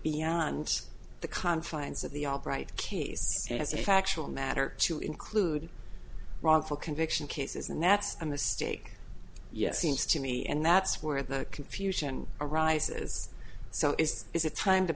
beyond the confines of the albright case as a factual matter to include wrongful conviction cases and that's a mistake yet seems to me and that's where the confusion arises so is is it time to